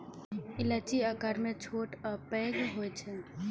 इलायची आकार मे छोट आ पैघ होइ छै